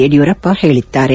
ಯಡಿಯೂರಪ್ಪ ಹೇಳಿದ್ದಾರೆ